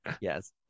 Yes